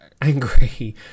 angry